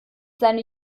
seine